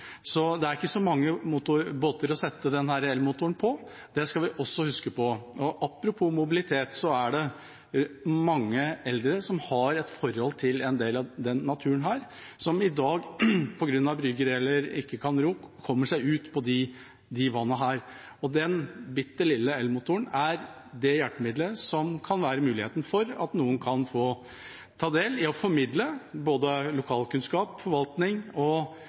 så det er ikke så mange båter å sette denne elmotoren på. Det skal vi også huske på. Apropos mobilitet, det er mange eldre med et forhold til en del av denne naturen som i dag, på grunn av bryggene eller at de ikke kan ro, ikke kommer seg ut på vannet. Den bitte lille elmotoren er det hjelpemiddelet som kan gi mulighet til at noen får ta del i og formidle både lokalkunnskap, forvaltning og